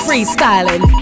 Freestyling